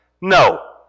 No